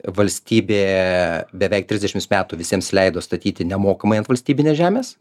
valstybė beveik trisdešimt metų visiems leido statyti nemokamai ant valstybinės žemės